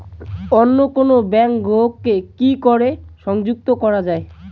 অন্য কোনো ব্যাংক গ্রাহক কে কি করে সংযুক্ত করা য়ায়?